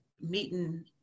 meeting